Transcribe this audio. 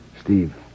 Steve